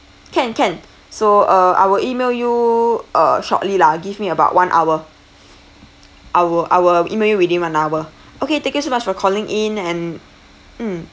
can can so uh I will email you uh shortly lah give me about one hour I will I will email you within one hour okay thank you so much for calling in and mm